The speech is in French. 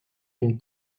une